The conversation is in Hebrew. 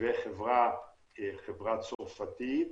וחברה צרפתית,